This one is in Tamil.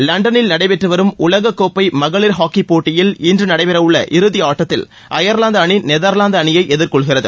லண்டனில் நடைபெற்று வரும் உலகக்கோப்பை மகளிர் ஹாக்கிப் போட்டியில் இன்று நடைபெறவுள்ள இறுதி ஆட்டத்தில் அயர்லாந்து அணி நெதர்லாந்து அணியை எதிர்கொள்கிறது